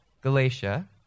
Galatia